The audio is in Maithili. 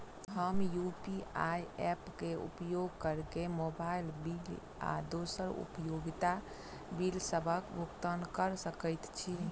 हम यू.पी.आई ऐप क उपयोग करके मोबाइल बिल आ दोसर उपयोगिता बिलसबक भुगतान कर सकइत छि